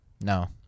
No